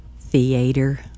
theater